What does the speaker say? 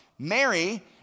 Mary